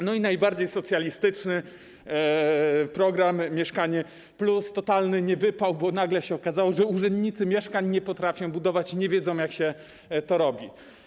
I najbardziej socjalistyczny program „Mieszkanie+”, totalny niewypał, bo nagle się okazało, że urzędnicy mieszkań nie potrafią budować, nie wiedzą, jak to się robi.